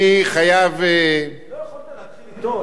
אני חייב, לא יכולת להתחיל אתו?